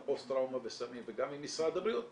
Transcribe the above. פוסט טראומה וסמים וגם עם משרד הבריאות,